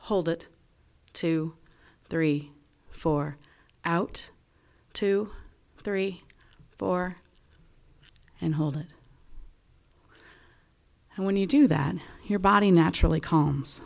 hold it two three four out two three four and hold it and when you do that your body naturally combs